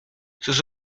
sus